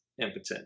impotent